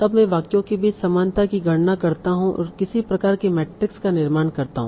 तब मैं वाक्यों के बीच समानता की गणना करता हूं और किसी प्रकार की मैट्रिक्स का निर्माण करता हूं